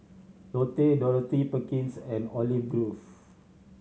Lotte Dorothy Perkins and Olive Grove